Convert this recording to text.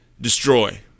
destroy